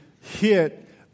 hit